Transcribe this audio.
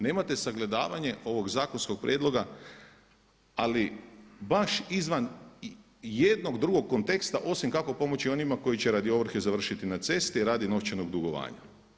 Nemate sagledavanje ovog zakonskog prijedloga, ali baš izvan jednog drugog konteksta osim kako pomoći onima koji će radi ovrhe završiti na cesti, radi novčanog dugovanja.